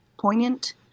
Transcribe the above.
poignant